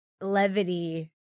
levity